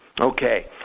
Okay